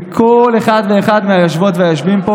בכל אחת ואחד מהיושבות והיושבים פה,